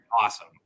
awesome